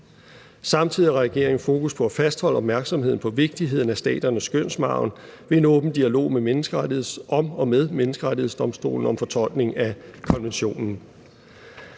Samtidig har regeringen fokus på at fastholde opmærksomheden på vigtigheden af staternes skønsmargen ved en åben dialog om og med Menneskerettighedsdomstolen om fortolkning af konventionen.